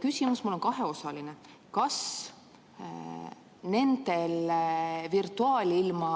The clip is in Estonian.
Küsimus on mul kaheosaline. Kas nendel virtuaalilma